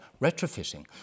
retrofitting